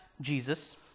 Jesus